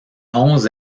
onze